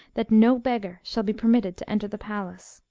that no beggar shall be permitted to enter the palace.